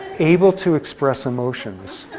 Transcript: able to express emotions.